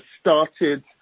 started